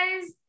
guys